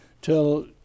till